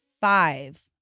five